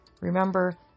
Remember